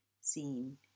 seen